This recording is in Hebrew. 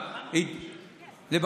אני מקשיב.